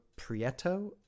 Prieto